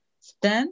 stand